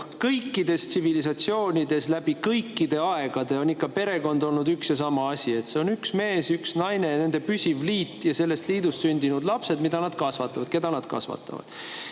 kõikides tsivilisatsioonides läbi kõikide aegade on perekond olnud üks ja sama asi: üks mees ja üks naine, nende püsiv liit ja sellest liidust sündinud lapsed, keda nad kasvatavad. Nüüd on liberaalid